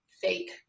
fake